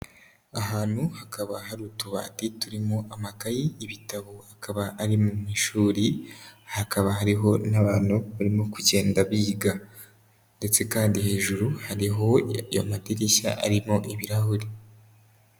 Ahantu hakaba hari utubati turimo amakayi, ibitabo, hakaba ari mu ishuri, hakaba hariho n'abantu barimo kugenda biga ndetse kandi hejuru hariho amadirishya arimo ibirahuri.